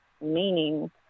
meaning